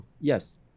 yes